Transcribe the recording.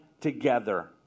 together